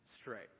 straight